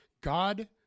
God